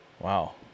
Wow